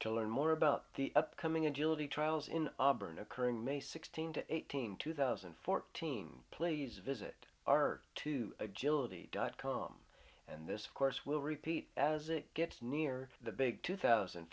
to learn more about the upcoming agility trials in auburn occurring may sixteenth eighteen two thousand and fourteen please visit our two agility dot com and this of course will repeat as it gets near the big two thousand